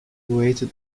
waited